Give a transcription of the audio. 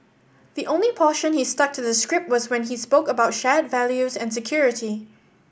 the only portion he stuck to the script was when he spoke about shared values and security